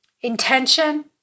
Intention